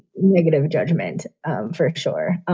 negative judgment ah for sure,